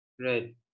Right